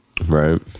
Right